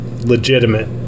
legitimate